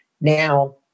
now